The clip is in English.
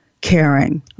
caring